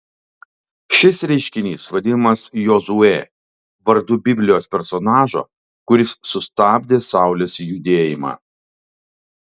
šis reiškinys vadinamas jozue vardu biblijos personažo kuris sustabdė saulės judėjimą